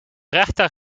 rechter